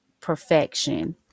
perfection